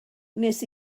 wnes